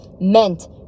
meant